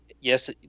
yes